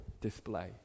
display